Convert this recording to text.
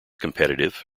competitive